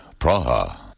Praha